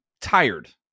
tired